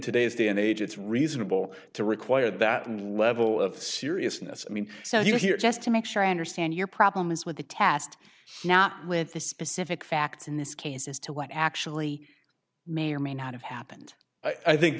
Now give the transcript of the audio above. today's day and age it's reasonable to require that level of seriousness i mean so you're here just to make sure i understand your problem is with the tast not with the specific facts in this case as to what actually may or may not have happened i think